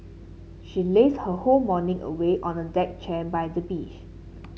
she lazed her whole morning away on a deck chair by the beach